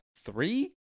three